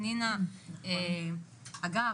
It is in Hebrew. אגב,